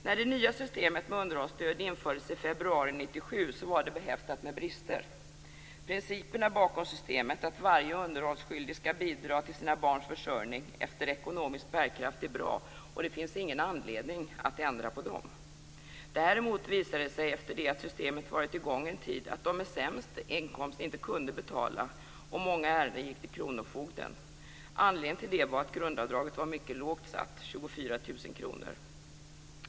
När det nya systemet med underhållsstöd infördes i februari 1997 var det behäftat med brister. Principerna bakom systemet, att varje underhållsskyldig skall bidra till sina barns försörjning efter ekonomisk bärkraft, är bra, och det finns ingen anledning att ändra på dem. Däremot visade det sig efter det att systemet varit i gång en tid att de med sämst inkomst inte kunde betala, och många ärenden gick till kronofogden. Anledningen till det var att grundavdraget var mycket lågt satt, 24 000 kr.